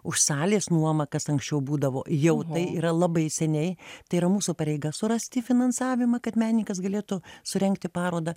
už salės nuomą kas anksčiau būdavo jau tai yra labai seniai tai yra mūsų pareiga surasti finansavimą kad meninkas galėtų surengti parodą